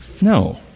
No